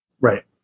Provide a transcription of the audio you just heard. Right